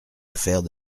affaires